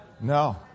No